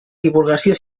divulgació